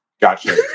Gotcha